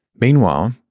Meanwhile